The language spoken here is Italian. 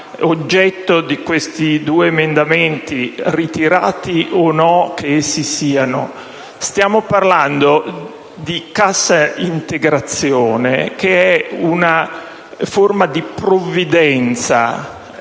sull'oggetto di questi due emendamenti, ritirati o no che essi siano. Stiamo parlando di cassa integrazione, cioè di una forma di provvidenza